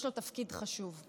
יש לו תפקיד חשוב.